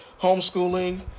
homeschooling